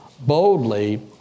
boldly